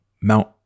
Mount